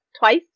twice